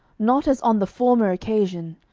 not as on the former occasion,